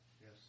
yes